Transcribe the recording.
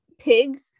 pigs